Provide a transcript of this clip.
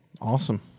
Awesome